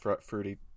Fruity